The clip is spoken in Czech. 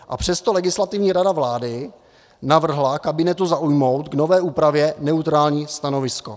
A přesto Legislativní rada vlády navrhla kabinetu zaujmout k nové úpravě neutrální stanovisko.